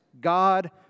God